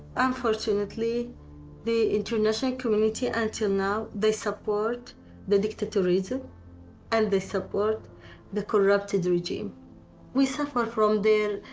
unfortunately the international community until now they support the dictator regime and they support the corrupted regime we suffer from their,